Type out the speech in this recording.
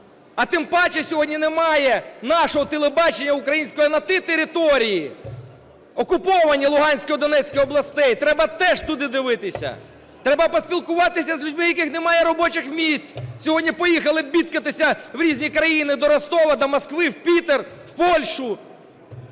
А тим паче сьогодні немає нашого телебачення українського на тій території окупованій Луганської і Донецької областей. Треба теж туди дивитися. Треба поспілкуватися з людьми, в яких немає робочих місць, сьогодні поїхали бідкатися в різні країни, до Ростова, до Москви, в Пітер, в Польщу.